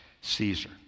Caesar